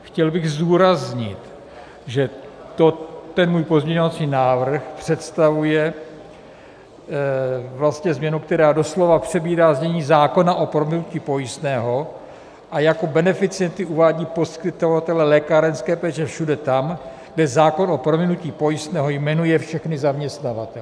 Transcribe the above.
Chtěl bych zdůraznit, že můj pozměňovací návrh představuje změnu, která doslova přebírá znění zákona o prominutí pojistného a jako beneficienty uvádí poskytovatele lékárenské péče všude tam, kde zákon o prominutí pojistného jmenuje všechny zaměstnavatele.